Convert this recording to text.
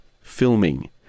filming